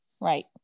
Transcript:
Right